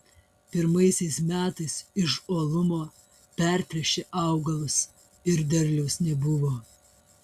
pirmaisiais metais iš uolumo pertręšė augalus ir derliaus nebuvo